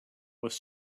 with